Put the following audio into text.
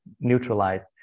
neutralized